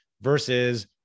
versus